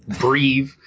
Breathe